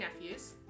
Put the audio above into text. nephews